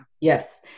Yes